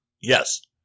Yes